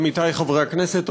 עמיתי חברי הכנסת,